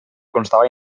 constava